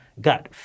got